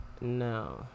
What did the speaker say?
No